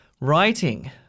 Writing